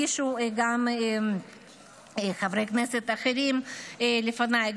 הגישו גם חברי כנסת אחרים לפניי,